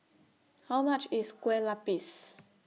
How much IS Kueh Lapis